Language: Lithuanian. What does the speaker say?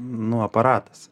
nu aparatas